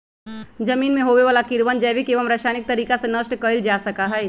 जमीन में होवे वाला कीड़वन जैविक एवं रसायनिक तरीका से नष्ट कइल जा सका हई